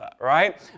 right